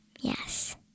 Yes